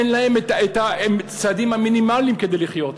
אין להם את האמצעים המינימליים כדי לחיות.